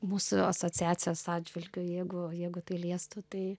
mūsų asociacijos atžvilgiu jeigu jeigu tai liestų tai